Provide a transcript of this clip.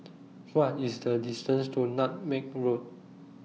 What IS The distance to Nutmeg Road